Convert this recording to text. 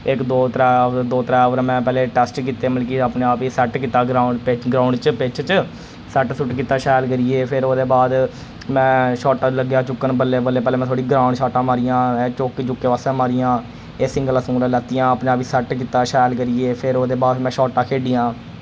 इक दो त्रै ओवर दो त्रै ओवर मैं पैह्ले टैस्ट कीत्ते मतलब कि अपने आप ही सैट कीत्ता ग्राउंड पिच ग्राउंड च पिच च सैट सुट कीत्ता शैल करियै फिर ओह्दे बाद मैं शार्टां लग्गेआ चुक्कन बल्लें बल्लें पैह्ले मैं थोह्ड़ी ग्राउंड शार्टां मारियां चौके चुके वास्सै मारियां एह् सिंगलां सुंगलां लैतियां अपने आप ही सैट कीत्ता शैल करियै फिर ओह्दे बाद मैं शार्टां खेढियां